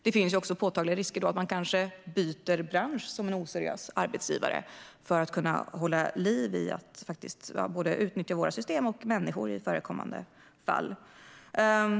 Det finns också påtagliga risker för att man som oseriös arbetsgivare kanske byter bransch för att kunna hålla liv i möjligheten att utnyttja våra system och människor i förekommande fall.